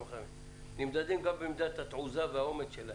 נמדדים גם במידת התעוזה והאומץ שלהם.